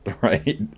right